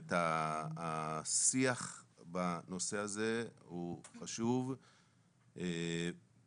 באמת השיח בנושא הזה הוא חשוב באותה